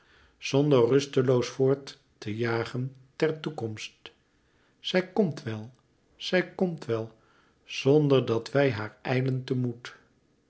zonder rusteloos voort te jagen ter toekomst zij komt wel zij komt wel zonder dat wij haar